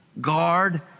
Guard